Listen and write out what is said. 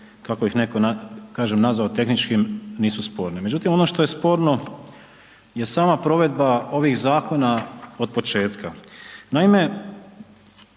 kažem nazvao tehničkim, nisu sporne. Međutim, ono što je sporno je sama provedba ovih zakona od početka. Naime,